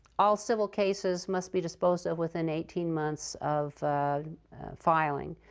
all civil cases must be disposed of within eighteen months of filing,